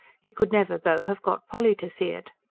he could never though have got polly to see it.